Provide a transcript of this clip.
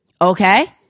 Okay